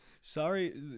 Sorry